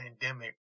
pandemic